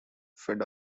fed